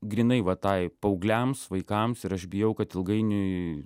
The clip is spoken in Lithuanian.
grynai va tai paaugliams vaikams ir aš bijau kad ilgainiui